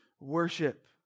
worship